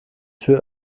tür